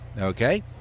Okay